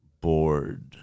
Bored